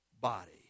body